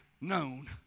known